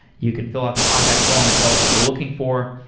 you can fill out the contact form and tell us what you're looking for,